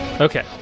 Okay